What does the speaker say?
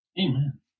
Amen